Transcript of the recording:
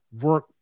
work